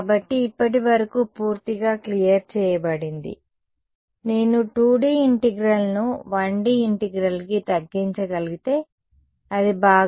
కాబట్టి ఇప్పటివరకు పూర్తిగా క్లియర్ చేయబడింది నేను 2D ఇంటిగ్రల్ను 1D ఇంటిగ్రల్కి తగ్గించగలిగితే అది బాగా కూడా ఉంటుంది